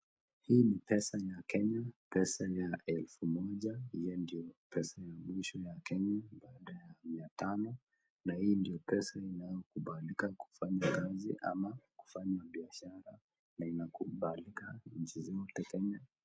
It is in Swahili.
Hii ni pesa ya Kenya, pesa yenyewe ni elfu moja pesa ingine ya Kenya ni mia tano na hii ndio pesa inayokubalika kufanya kazi ama kufanya biashara na inakubalika nchi yote Kenya.